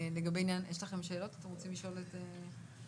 יש לכם שאלות שאתם רוצים לשאול את אורי?